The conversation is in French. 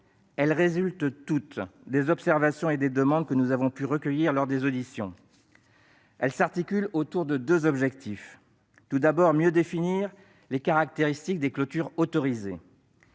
Celles-ci résultent toutes d'observations et de demandes que nous avons recueillies lors des auditions et s'articulent autour de deux objectifs : mieux définir les caractéristiques des clôtures autorisées